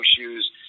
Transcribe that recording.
shoes